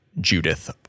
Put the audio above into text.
Judith